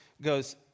goes